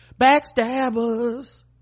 backstabbers